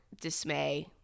dismay